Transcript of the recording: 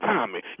Tommy